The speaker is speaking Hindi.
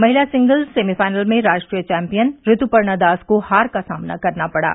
महिला सिंगल्स सेमीफाइनल में राष्ट्रीय चौंपियन रितुपर्णा दास को हार का सामना करना पड़ा